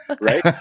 right